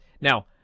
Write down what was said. Now